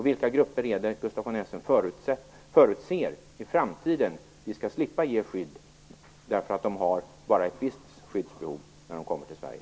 Vilka grupper är det Gustaf von Essen förutser att vi i framtiden skall slippa ge skydd därför att de bara har ett visst skyddsbehov när de kommer till Sverige?